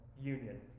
union